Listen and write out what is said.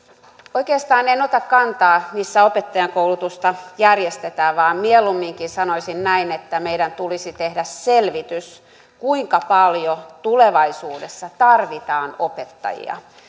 oikeastaan en en ota kantaa missä opettajankoulutusta järjestetään vaan mieluumminkin sanoisin näin että meidän tulisi tehdä selvitys kuinka paljon tulevaisuudessa tarvitaan opettajia